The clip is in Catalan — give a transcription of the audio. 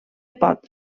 pot